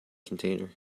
container